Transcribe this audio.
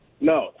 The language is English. No